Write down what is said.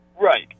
Right